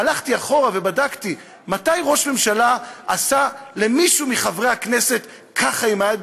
הלכתי אחורה ובדקתי מתי ראש ממשלה עשה למישהו מחברי הכנסת ככה עם היד,